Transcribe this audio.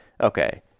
okay